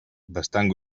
bastant